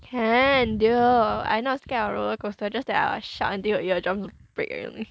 can dear I not scared of roller coaster just that I'll shout until your ear drums break only